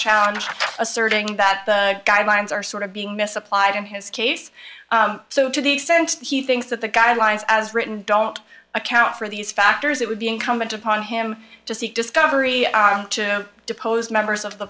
asserting that the guidelines are sort of being misapplied in his case so to the extent he thinks that the guidelines as written don't account for these factors it would be incumbent upon him to seek discovery on to depose members of the